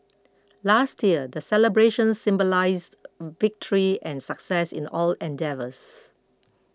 last year the celebrations symbolised victory and success in all endeavours